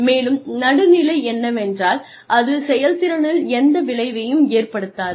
மேலும் நடுநிலை என்னவென்றால் அது செயல்திறனில் எந்த விளைவையும் ஏற்படுத்தாது